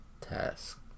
task